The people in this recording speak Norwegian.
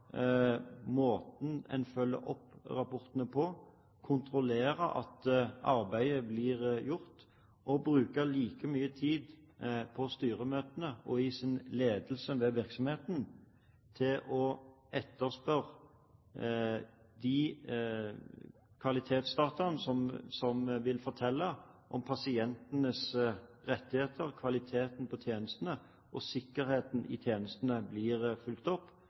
måten en følger opp rapportene på, kontrollere at arbeidet blir gjort, og bruke like mye tid på styremøtene og ledelse av virksomheten til å etterspørre de kvalitetsdataene som vil fortelle om pasientenes rettigheter, kvaliteten på tjenestene og om sikkerheten i tjenestene blir fulgt opp,